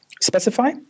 specify